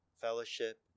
fellowship